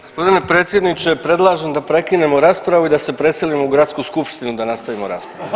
Gospodine predsjedniče predlažem da prekinemo raspravu i da se preselimo u Gradsku skupštinu da nastavimo raspravu.